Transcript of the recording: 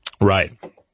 Right